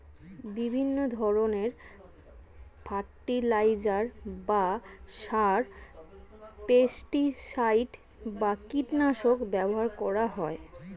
বিভিন্ন ধরণের ফার্টিলাইজার বা সার, পেস্টিসাইড বা কীটনাশক ব্যবহার করা হয়